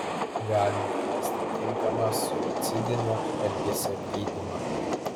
galime rasti tinkamą suicidinio elgesio gydymą